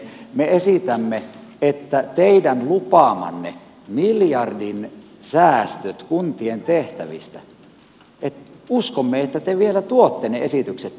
me esitämme että teidän lupaamanne miljardin säästöt kuntien tehtävistä uskomme että te vielä tuotte ne esitykset tänne